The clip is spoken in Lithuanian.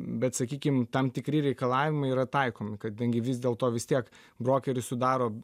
bet sakykim tam tikri reikalavimai yra taikomi kadangi vis dėl to vis tiek brokeris sudaro